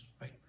right